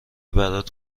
برات